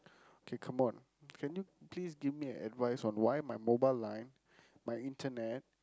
okay come on can you please give me an advice on why my mobile line my internet